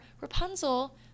Rapunzel